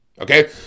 Okay